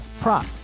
prop